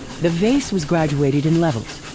the vase was graduated in levels.